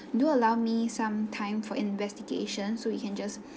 do allow me some time for investigation so we can just